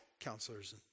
counselors